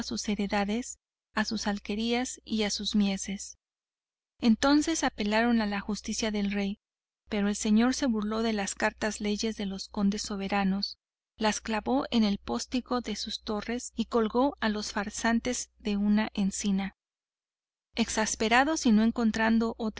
heredades a sus alquerías y a sus mieses entonces apelaron a la justicia del rey pero el señor se burló de las cartas leyes de los condes soberanos las clavó en el postigo de sus torres y colgó a los faraútes de una encina exasperados y no encontrando